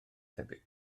tebyg